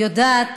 יודעת